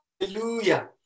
Hallelujah